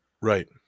Right